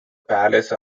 palace